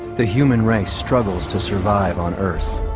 the human race struggles to survive on earth.